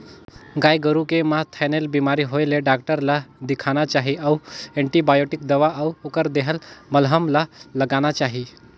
गाय गोरु के म थनैल बेमारी होय ले डॉक्टर ल देखाना चाही अउ एंटीबायोटिक दवा अउ ओखर देहल मलहम ल लगाना चाही